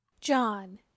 John